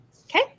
okay